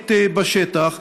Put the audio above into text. משטרתית בשטח,